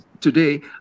today